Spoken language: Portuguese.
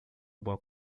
boa